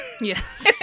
Yes